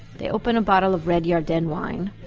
they open a bottle of red yarden wine,